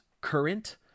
current